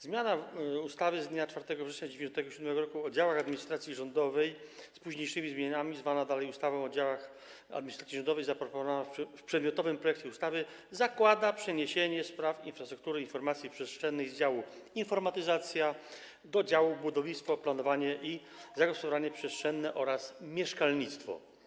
Zmiana ustawy z dnia 4 września 1997 r. o działach administracji rządowej, z późniejszymi zmianami, zwana dalej ustawą o działach administracji rządowej, zaproponowana w przedmiotowym projekcie ustawy zakłada przeniesienie spraw infrastruktury informacji przestrzennej z działu: informatyzacja do działu: budownictwo, planowanie i zagospodarowanie przestrzenne oraz mieszkalnictwo.